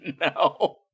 No